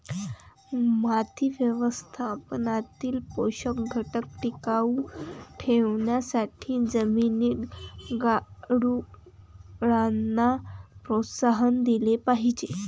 माती व्यवस्थापनातील पोषक घटक टिकवून ठेवण्यासाठी जमिनीत गांडुळांना प्रोत्साहन दिले पाहिजे